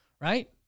right